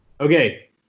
Okay